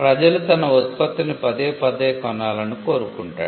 ప్రజలు తన ఉత్పత్తిని పదేపదే కొనాలని కోరుకుంటాడు